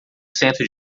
cento